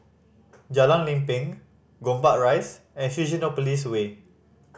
Jalan Lempeng Gombak Rise and Fusionopolis Way